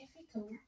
difficult